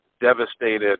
devastated